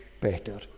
better